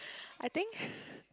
I think